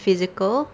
physical